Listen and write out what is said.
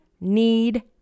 need